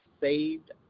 saved